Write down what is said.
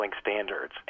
standards